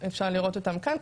אפשר לראות אותם כאן.